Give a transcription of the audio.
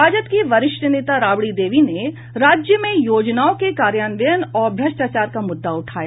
राजद की वरिष्ठ नेता राबड़ी देवी ने राज्य में योजनाओं के कार्यान्वयन और भ्रष्टाचार का मुद्दा उठाया